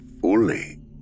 fully